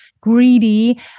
greedy